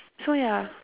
so ya